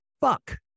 fuck